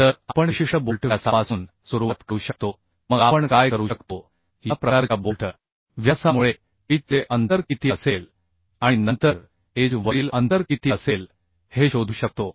तर आपण विशिष्ट बोल्ट व्यासापासून सुरुवात करू शकतो मग आपण काय करू शकतो या प्रकारच्या बोल्ट व्यासामुळे पिच चे अंतर किती असेल आणि नंतर एज वरील अंतर किती असेल हे शोधू शकतो